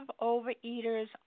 overeaters